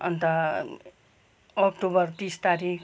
अन्त अक्टोबर तिस तारिक